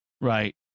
Right